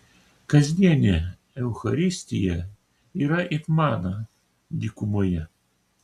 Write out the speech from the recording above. kasdienė eucharistija yra it mana dykumoje